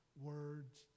words